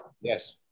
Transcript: Yes